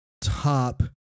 top